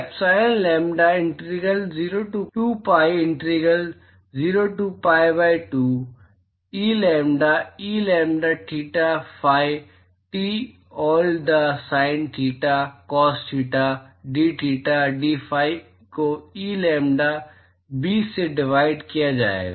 epsilon lambda integral 0 to 2पीआई integral 0 to pi by 2 e lambda e lambda theta phi t all the sin theta cos theta d theta d phi को e lambda b से divide किया जाएगा